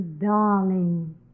darling